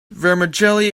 vermicelli